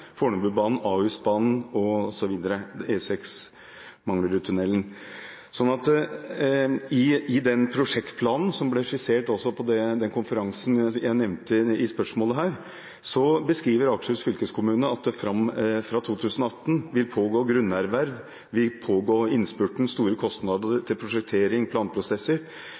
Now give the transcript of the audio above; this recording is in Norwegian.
I den prosjektplanen som også ble skissert på den konferansen jeg nevnte i spørsmålet, beskriver Akershus fylkeskommune det slik at det fra 2018 vil pågå grunnerverv, at det vil være store kostnader i forbindelse med prosjektering, planprosesser,